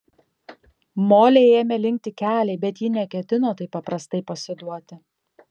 molei ėmė linkti keliai bet ji neketino taip paprastai pasiduoti